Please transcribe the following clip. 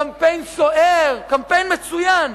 קמפיין סוער, קמפיין מצוין.